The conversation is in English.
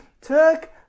took